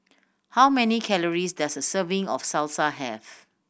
how many calories does a serving of Salsa have